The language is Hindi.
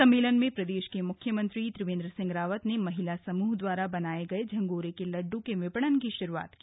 सम्मेलन में प्रदेश के मुख्यमंत्री त्रिवेंद्र सिंह रावत ने महिला समूह द्वारा बनाये गये झंगोरे के लड्डू के विपणन की शुरुआत की